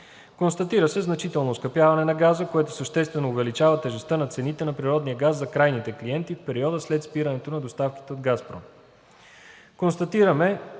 Констатира се значително оскъпяване на газа, което съществено увеличава тежестта на цените на природния газ за крайните клиенти в периода след спирането на доставките от „Газпром“. 3. Констатираме,